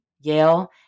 Yale